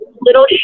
little